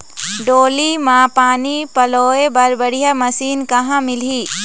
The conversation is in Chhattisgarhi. डोली म पानी पलोए बर बढ़िया मशीन कहां मिलही?